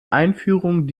einführung